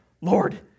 Lord